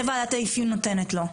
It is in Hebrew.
שוועדת האפיון נותנת לו?